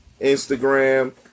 Instagram